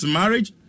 marriage